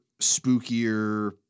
spookier